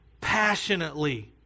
passionately